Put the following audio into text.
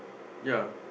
yea